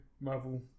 Marvel